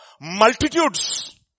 multitudes